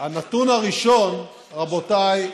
הנתון הראשון, רבותיי,